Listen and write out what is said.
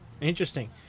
interesting